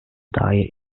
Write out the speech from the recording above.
dair